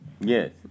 Yes